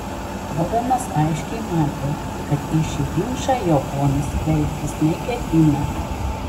ovenas aiškiai matė kad į šį ginčą jo ponas veltis neketina